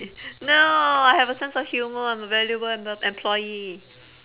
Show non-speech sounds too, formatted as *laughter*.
*noise* no I have a sense of humour I am a valuable emp~ employee